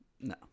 No